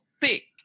thick